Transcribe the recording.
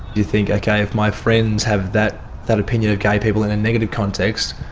you think, okay, if my friends have that that opinion of gay people in a negative context,